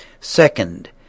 Second